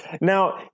Now